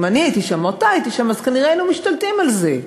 אם אני הייתי שם או אתה היית שם אז כנראה היינו משתלטים על זה.